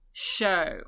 show